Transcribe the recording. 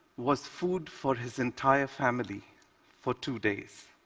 was food for his entire family for two days.